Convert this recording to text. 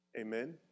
Amen